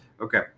Okay